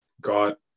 got